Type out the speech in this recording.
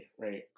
right